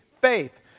Faith